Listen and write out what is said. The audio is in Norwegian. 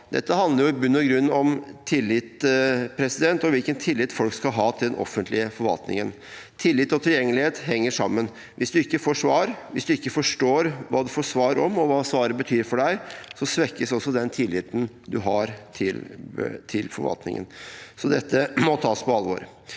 det handler i bunn og grunn om tillit og hvilken tillit folk skal ha til den offentlige forvaltningen. Tillit og tilgjengelighet henger sammen. Hvis du ikke får svar, hvis du ikke forstår hva du får svar på, og hva svaret betyr for deg, svekkes også den tilliten du har til forvaltningen. Så dette må tas på alvor.